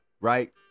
right